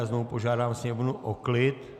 Znovu požádám sněmovnu o klid.